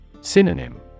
Synonym